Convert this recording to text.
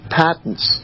patents